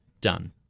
done